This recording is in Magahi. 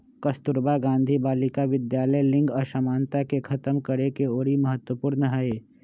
कस्तूरबा गांधी बालिका विद्यालय लिंग असमानता के खतम करेके ओरी महत्वपूर्ण हई